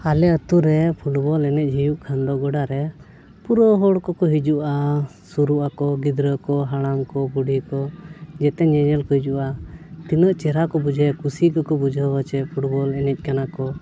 ᱟᱞᱮ ᱟᱛᱳ ᱨᱮ ᱯᱷᱩᱴᱵᱚᱞ ᱮᱱᱮᱡ ᱦᱩᱭᱩᱜ ᱠᱷᱟᱱ ᱫᱚ ᱜᱚᱰᱟ ᱨᱮ ᱯᱩᱨᱟᱹ ᱦᱚᱲ ᱠᱚᱠᱚ ᱦᱤᱡᱩᱜᱼᱟ ᱥᱩᱨᱩᱜ ᱟᱠᱚ ᱜᱤᱫᱽᱨᱟᱹ ᱠᱚ ᱦᱟᱲᱟᱢ ᱠᱚ ᱵᱩᱰᱷᱤ ᱠᱚ ᱡᱟᱛᱮ ᱧᱮᱧᱮᱞ ᱠᱚ ᱦᱤᱡᱩᱜᱼᱟ ᱛᱤᱱᱟᱹᱜ ᱪᱮᱦᱨᱟ ᱠᱚ ᱵᱩᱡᱷᱟᱹᱣ ᱠᱩᱥᱤ ᱠᱚᱠᱚ ᱵᱩᱡᱷᱟᱹᱣᱟ ᱪᱮᱫ ᱯᱷᱩᱴᱵᱚᱞ ᱮᱱᱮᱡ ᱠᱟᱱᱟ ᱠᱚ